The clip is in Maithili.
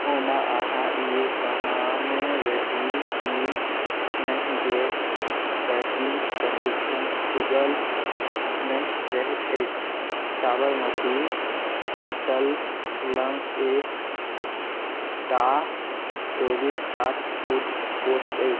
ओना अहाँ ई कहने रही कि नहि जे कैन्टीन सदिखन खुजल नहि रहैत अछि साबरमती होटल लग एकटा चौबिस सात फूड कोर्ट अछि